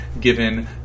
given